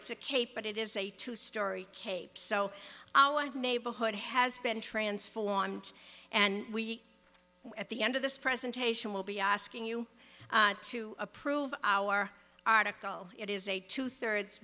it's a cape but it is a two story cape so our neighborhood has been transformed and we at the end of this presentation will be asking you to approve our article it is a two thirds